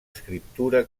escriptura